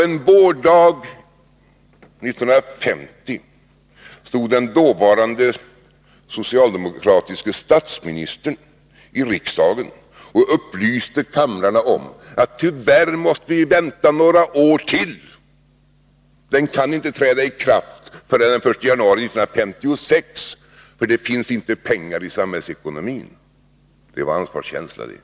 En vårdag 1950 stod den dåvarande socialdemokratiske statsministern i riksdagen och upplyste kamrarna: Vi måste tyvärr vänta några år till. Sjukförsäkringen kan inte träda i kraft förrän den 1 januari 1956, för det finns inte pengar i samhällsekonomin. — Det var ansvarskänsla det.